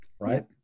right